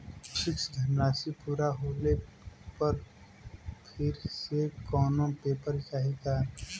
Fix धनराशी पूरा होले पर फिर से कौनो पेपर चाही का?